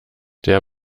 der